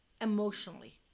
Emotionally